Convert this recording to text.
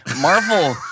Marvel